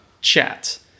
chat